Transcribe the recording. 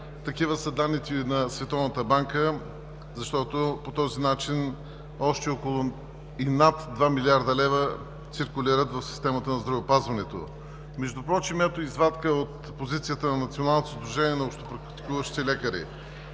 Такива са данните и на Световната банка, защото по този начин още около над 2 млрд. лв. циркулират в системата на здравеопазването. Междувпрочем ето извадка от позицията на Националното сдружение на общопрактикуващите лекари